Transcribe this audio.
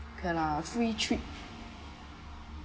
okay lah free trip